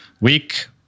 week